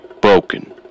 broken